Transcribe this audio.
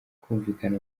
kumvikana